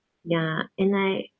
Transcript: ya and like